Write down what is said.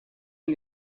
een